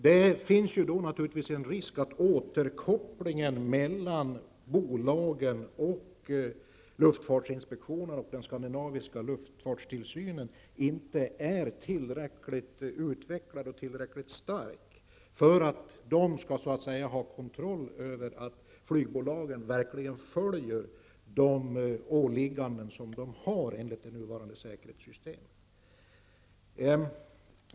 Det finns en risk för att återkopplingen mellan bolagen och luftfartsinspektionen och den skandinaviska luftfartstillsynen inte är tillräckligt utvecklad och stark för att man skall kunna ha kontroll över att flygbolagen verkligen följer sina åligganden enligt det nuvarande säkerhetssystemet.